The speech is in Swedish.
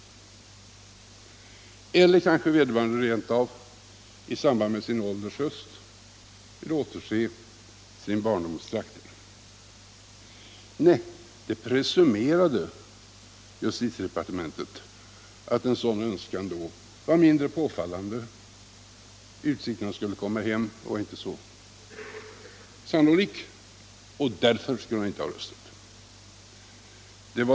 Eller kanske vederbörande rent av på sin ålders höst vill återse sin barndoms trakter. Nej, justitiedepartementet presumerade att en sådan önskan efter flera år var mindre påfallande; utsikterna att han skulle komma hem var inte så stora, och därför skulle han inte ha rösträtt.